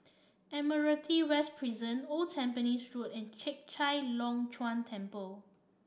Admiralty West Prison Old Tampines Road and Chek Chai Long Chuen Temple